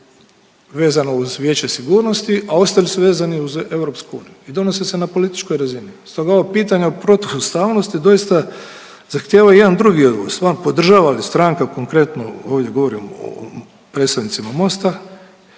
vezano uz Vijeće sigurnosti, a ostali su vezani uz europsku i donose se na političkoj razini. Stoga ovo pitanje o protuustavnosti doista zahtjeva jedan drugi odgovor. Podržava li stranka konkretno ovdje govorim o predstavnicima MOST-a,